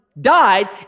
died